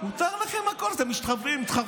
מותר לכם הכול, אתם מתחרפנים.